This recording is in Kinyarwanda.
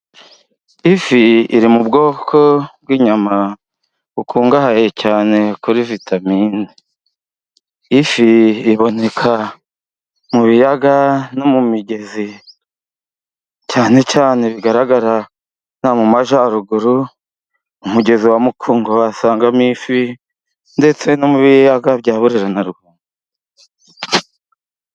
Ifi iri mu bwoko bw'inyama bukungahaye cyane kuri vitamine, ifi iboneka mu biyaga no mu migezi cyane cyane bigaragara mu Majyaruguru mu mugezi wa mukungwa wasangamo ifi ndetse no mu biyaga bya Burera na Ruhondo.